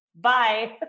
Bye